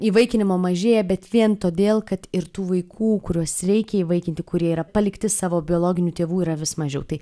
įvaikinimo mažėja bet vien todėl kad ir tų vaikų kuriuos reikia įvaikinti kurie yra palikti savo biologinių tėvų yra vis mažiau tai